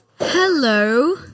Hello